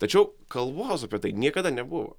tačiau kalbos apie tai niekada nebuvo